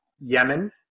yemen